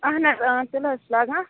اہن حظ اۭں تِلہٕ حظ چھِ لاگان